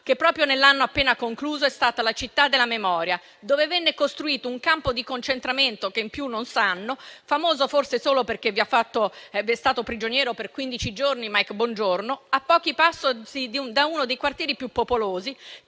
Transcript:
che proprio nell'anno appena concluso è stata la città della memoria, dove venne costruito un campo di concentramento, che i più non conoscono, famoso forse solo perché vi è stato prigioniero per quindici giorni Mike Bongiorno, a pochi passi da uno dei quartieri più popolosi,